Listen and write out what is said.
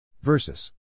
versus